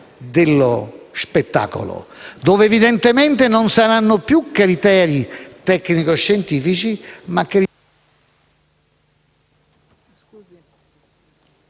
dello spettacolo? Dove evidentemente non saranno più criteri tecnico-scientifici, ma